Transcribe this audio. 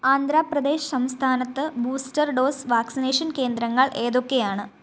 ആന്ധ്രാ പ്രദേശ് സംസ്ഥാനത്ത് booster dose vaccination കേന്ദ്രങ്ങൾ ഏതൊക്കെയാണ്